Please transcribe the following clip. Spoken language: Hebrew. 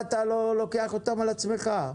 בוקר טוב.